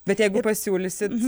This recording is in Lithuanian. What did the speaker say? bet jeigu pasiūlysit